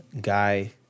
guy